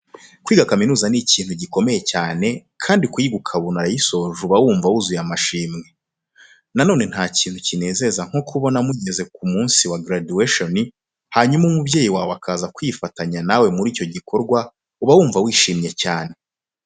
Kwiga kaminuza ni ikintu gikomeye cyane kandi kuyiga ukabona urayisoje uba wumva wuzuye amashimwe. Noneho nta kintu kinezeza nko kubona mugeze ku munsi wa graduation hanyuma umubyeyi wawe akaza kwifatanya nawe muri icyo gikorwa, uba wumva wishimye cyane.